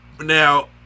Now